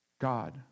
God